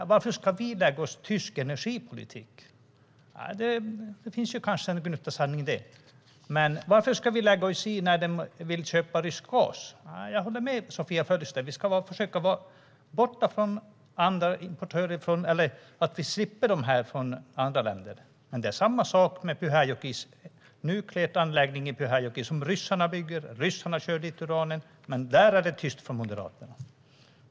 Nej, varför ska vi lägga oss i tysk energipolitik? Det fick vi höra då. Och det finns kanske en gnutta sanning i det. Men varför ska vi då lägga oss i när de vill köpa rysk gas? Jag håller med Sofia Fölster om att vi ska försöka undvika import och slippa det här som kommer från andra länder. Men det är samma sak med den nukleära anläggning som ryssarna bygger i Pyhäjoki. Ryssarna kör dit uranen, men där är det tyst från Moderaterna.